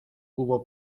cubo